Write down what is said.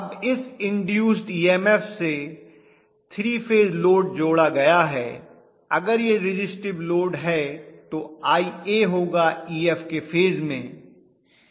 अब इस induced EMF से 3 फेज लोड जोड़ा गया है अगर यह रिज़िस्टिव लोड है तो Ia होगा Ef के फेज में